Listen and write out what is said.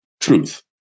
Truth